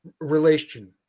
relation